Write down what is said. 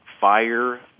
fire